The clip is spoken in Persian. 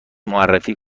معرفی